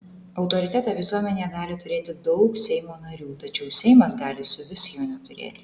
autoritetą visuomenėje gali turėti daug seimo narių tačiau seimas gali suvis jo neturėti